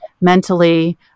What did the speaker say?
mentally